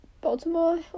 Baltimore